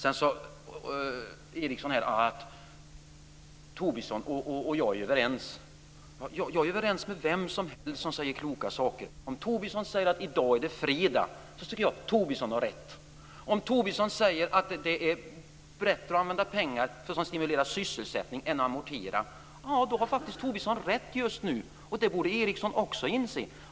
Eriksson säger att Tobisson och jag är överens. Jag är överens med vem som helst som säger kloka saker. Säger Tobisson att det är fredag i dag tycker jag att Tobisson har rätt. Säger Tobisson att det är bättre att använda pengar för att stimulera sysselsättningen än för att amortera har Tobisson faktiskt rätt just nu. Det borde Eriksson också inse.